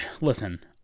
Listen